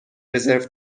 رزرو